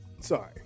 Sorry